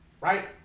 right